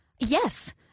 Yes